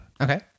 Okay